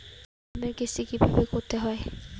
বিমার কিস্তি কিভাবে করতে হয়?